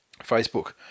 Facebook